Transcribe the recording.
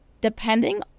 depending